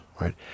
right